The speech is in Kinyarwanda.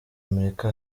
amerika